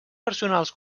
personals